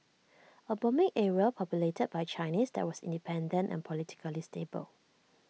A booming area populated by Chinese that was independent and politically stable